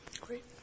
Great